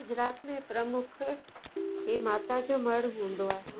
गुजरात में प्रमुख इहे माता जो मढ़ हूंदो आहे